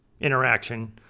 interaction